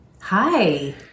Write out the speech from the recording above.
Hi